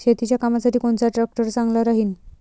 शेतीच्या कामासाठी कोनचा ट्रॅक्टर चांगला राहीन?